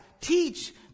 teach